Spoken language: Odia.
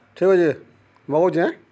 ଠିକ୍ ଅଛେ ମଗଉଚେଁ ହେଁ